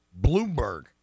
Bloomberg